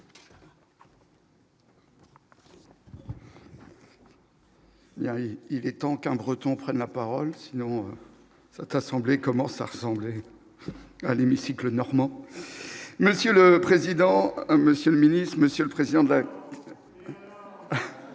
il est temps qu'un Breton prennent la parole, sinon ça semblait commence à ressembler à l'hémicycle normaux, monsieur le président, Monsieur le Ministre, Monsieur le Président de vin.